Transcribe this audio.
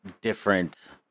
different